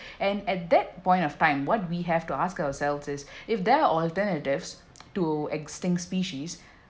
and at that point of time what we have to ask ourselves is if there are alternatives to extinct species